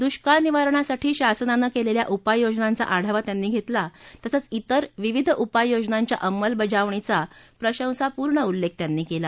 दुष्काळ निवारणासाठी शासनानं केलेल्या उपाययोजनांचा आढावा त्यांनी घेतला तसंच विर विविध उपाययोजनांच्या अंमलबजावणीचा प्रशंसापूर्ण उल्लेख त्यांनी केला